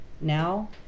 Now